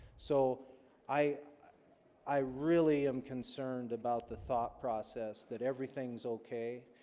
so i i really am concerned about the thought process that everything's okay,